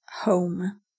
home